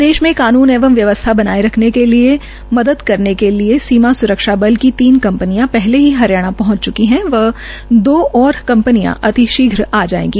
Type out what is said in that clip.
प्रदेश मे कानून एवं व्यवस्था बनाये रखने में मदद करने के लिये सीमा स्रक्षाबल की तीन कंपनियां पहले ही हरियाणा पहंच च्की है व दो और कंपनियो अतिशीघ्र आ जायेगी